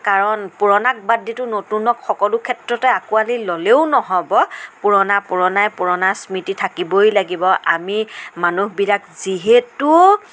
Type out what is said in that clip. কাৰণ পুৰণাক বাদ দি টো নতুনক সকলো ক্ষেত্ৰতে আকোঁৱালি ল'লেও নহ'ব পুৰণা পুৰণাই পুৰণা স্মৃতি থাকিবই লাগিব আমি মানুহবিলাক যিহেতু